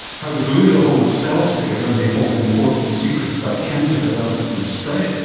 how the glue that holds cells together may hold important secrets about cancer development and spread,